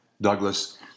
Douglas